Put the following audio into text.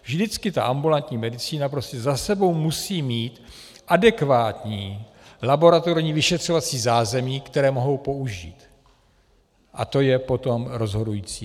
Vždycky ambulantní medicína prostě za sebou musí mít adekvátní laboratorní vyšetřovací zázemí, které mohou použít, a to je potom rozhodující.